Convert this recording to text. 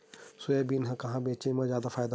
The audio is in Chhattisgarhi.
सोयाबीन ल कहां बेचे म जादा फ़ायदा हवय?